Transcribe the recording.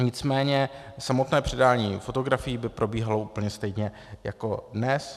Nicméně samotné předání fotografií by probíhalo úplně stejně jako dnes.